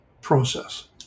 process